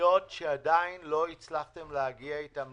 פרטיות שעדיין לא הצלחתם להגיע עם הבעלים